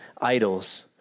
idols